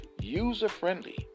User-friendly